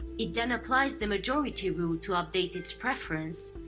it then applies the majority rule to update this preference,